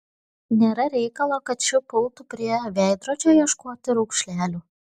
nėra reikalo kad ši pultų prie veidrodžio ieškoti raukšlelių